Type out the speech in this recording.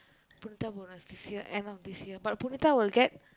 Punitha bonus this year end of this year but Punitha will get